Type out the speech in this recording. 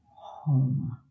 home